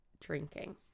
drinking